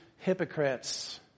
hypocrites